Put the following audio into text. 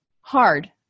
hard